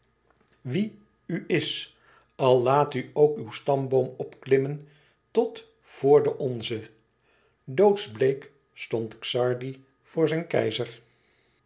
wie u is al laat u ook uw stamboom opklimmen tot voor den onze doodsbleek stond xardi voor zijn keizer